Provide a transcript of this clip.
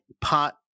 pot